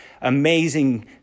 amazing